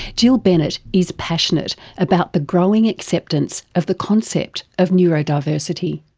jill bennett is passionate about the growing acceptance of the concept of neurodiversity.